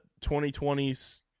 2020's